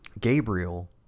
Gabriel